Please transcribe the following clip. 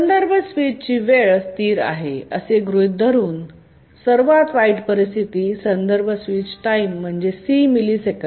संदर्भ स्विच वेळ स्थिर आहे असे गृहित धरून सर्वात वाईट परिस्थिती संदर्भ स्विच टाइम म्हणजे c मिली सेकंद